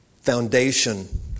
foundation